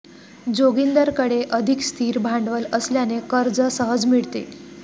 जोगिंदरकडे अधिक स्थिर भांडवल असल्याने कर्ज सहज मिळते